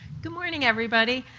good morning, everybody.